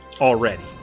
Already